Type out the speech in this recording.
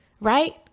right